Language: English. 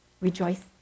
rejoice